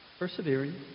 Persevering